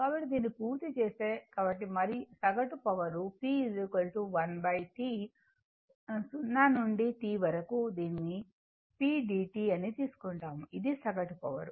కాబట్టి దీనిని పూర్తి చేస్తే కాబట్టి సగటు పవర్ p 1 T 0 నుండి T వరకు దీనిని p dt అని తీసుకుంటాము ఇది సగటు పవర్